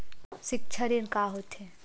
सिक्छा ऋण का होथे?